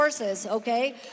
Okay